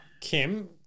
Kim